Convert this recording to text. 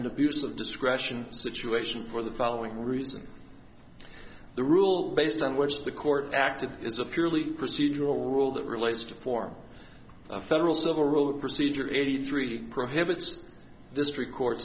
an abuse of discretion situation for the following reasons the rule based on which the court acted is a purely procedural rule that relates to form a federal civil rule procedure eighty three prohibits district court